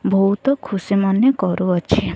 ବହୁତ ଖୁସି ମନେ କରୁଅଛି